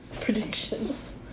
Predictions